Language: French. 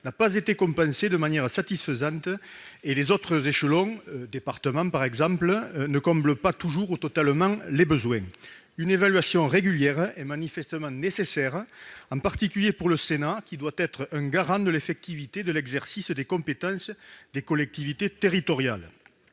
n'a pas été compensé de manière satisfaisante. Les autres échelons, notamment le département, ne comblent pas toujours totalement les besoins. Une évaluation régulière est manifestement nécessaire, en particulier pour le Sénat, qui doit être un garant de l'effectivité de l'exercice des compétences des collectivités territoriales.